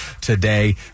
today